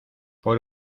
por